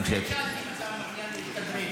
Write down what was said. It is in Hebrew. --- לכן שאלתי אם אתה מעוניין להשתדרג.